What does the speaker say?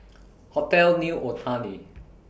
Hotel New Otani